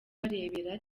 barebera